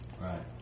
Right